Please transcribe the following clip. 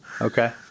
Okay